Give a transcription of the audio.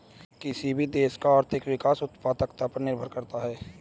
किसी भी देश का आर्थिक विकास उत्पादकता पर निर्भर करता हैं